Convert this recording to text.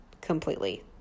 completely